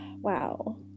Wow